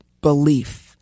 belief